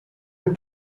have